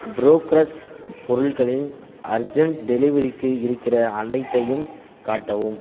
ப்ரோக்ரஷ் பொருள்களின் அர்ஜெண்ட் டெலிவரிக்கு இருக்கிற அனைத்தையும் காட்டவும்